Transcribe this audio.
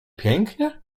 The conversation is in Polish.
pięknie